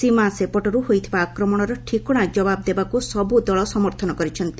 ସୀମା ସେପଟରୁ ହୋଇଥିବା ଆକ୍ରମଣର ଠିକଣା ଜବାବ ଦେବାକୁ ସବୁ ଦଳ ସମର୍ଥନ କରିଛନ୍ତି